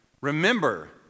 remember